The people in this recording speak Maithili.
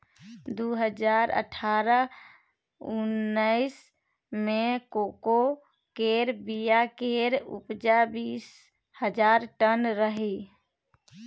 दु हजार अठारह उन्नैस मे कोको केर बीया केर उपजा बीस हजार टन रहइ